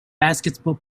basketball